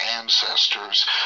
ancestors